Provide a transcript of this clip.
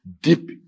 deep